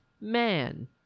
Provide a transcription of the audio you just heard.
man